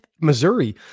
Missouri